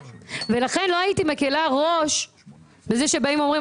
לכן לא הייתי מקלה ראש בזה שבאים ואומרים